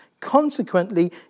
Consequently